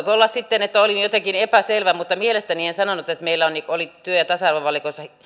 voi olla sitten että olin jotenkin epäselvä mutta mielestäni en sanonut että meillä oli työ ja tasa arvovaliokunnassa